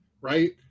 right